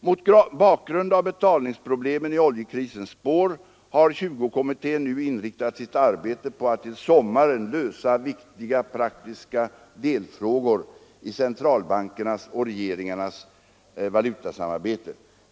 Mot bakgrund av betalningsproblemen i oljekrisens spår har 20-kommittén nu inriktat sitt arbete på att till sommaren lösa vissa praktiska delfrågor i centralbankernas och regeringarnas valutasamarbete.